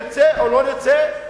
נרצה או לא נרצה,